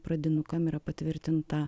pradinukam yra patvirtinta